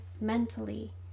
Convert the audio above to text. mentally